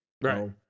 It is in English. Right